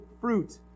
fruit